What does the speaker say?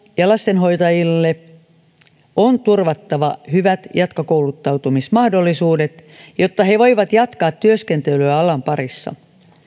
ja lastenhoitajille on turvattava hyvät jatkokouluttautumismahdollisuudet jotta he voivat jatkaa työskentelyä alan parissa